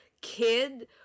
kid